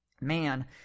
man